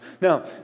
now